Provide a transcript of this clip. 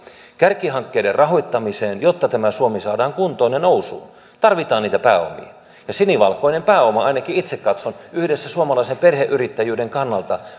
kärkihankkeiden rahoittamiseen jotta tämä suomi saadaan kuntoon ja nousuun tarvitaan niitä pääomia ja sinivalkoinen pääoma ainakin itse katson yhdessä suomalaisen perheyrittäjyyden